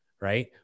Right